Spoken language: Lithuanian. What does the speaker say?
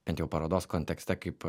bent jau parodos kontekste kaip